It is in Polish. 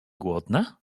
głodna